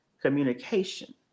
communication